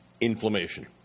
inflammation